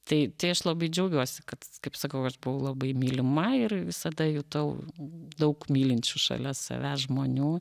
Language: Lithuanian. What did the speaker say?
tai tai aš labai džiaugiuosi kad kaip sakau aš buvau labai mylima ir visada jutau daug mylinčių šalia savęs žmonių